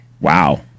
Wow